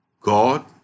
God